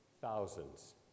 thousands